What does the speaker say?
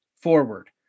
forward